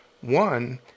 One